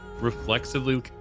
reflexively